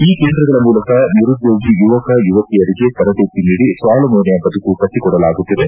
ಈ ಕೇಂದ್ರಗಳ ಮೂಲಕ ನಿರುದ್ಯೋಗಿ ಯವಕ ಯುವತಿಯರಿಗೆ ತರಬೇತಿ ನೀಡಿ ಸ್ವಾವಲಂಬನೆಯ ಬದುಕು ಕಟ್ಟಕೊಡಲಾಗುತ್ತಿದೆ